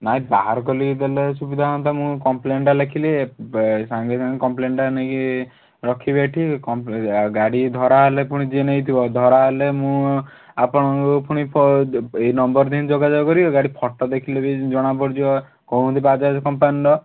ନାଇଁ ବାହାର କଲିକି ଦେଲେ ସୁବିଧା ହୁଅନ୍ତା ମୁଁ କମ୍ପ୍ଲେନ୍ଟା ଲେଖିଲି ସାଙ୍ଗେ ସାଙ୍ଗେ କମ୍ପ୍ଲେନ୍ଟା ନେଇକି ରଖିବି ଏଠି ଗାଡ଼ି ଧରା ହେଲେ ଫୁଣି ଯିଏ ନେଇଥିବ ଧରାହେଲେ ମୁଁ ଆପଣଙ୍କୁ ପୁଣି ଫୋ ଏଇ ନମ୍ବର୍ରେ ହିଁ ଯୋଗାଯୋଗ କରିବି ଫୋଟ ଦେଖିଲେ ବି ଜଣା ପଡ଼ିଯିବ କହୁଛନ୍ତି ବଜାଜ୍ କମ୍ପାନୀର